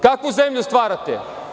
Kakvu zemlju stvarate?